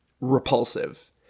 repulsive